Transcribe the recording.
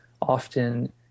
often –